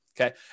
Okay